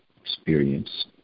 experience